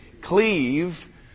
Cleave